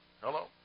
Hello